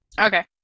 Okay